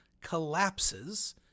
collapses